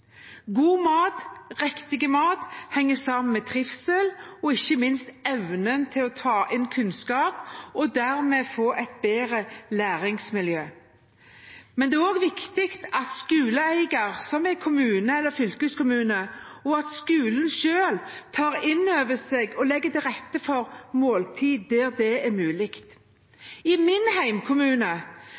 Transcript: God mat og riktig mat henger sammen med trivsel og ikke minst med evnen til å ta inn kunnskap, og dermed kan man få et bedre læringsmiljø. Det er også viktig at skoleeier, som er kommune eller fylkeskommune, og skolene selv tar dette innover seg og legger til rette for måltider der det er mulig. I min